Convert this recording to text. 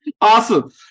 Awesome